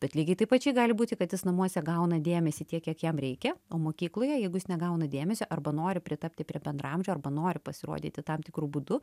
bet lygiai taip pačiai gali būti kad jis namuose gauna dėmesį tiek kiek jam reikia o mokykloje jeigu jis negauna dėmesio arba nori pritapti prie bendraamžių arba nori pasirodyti tam tikru būdu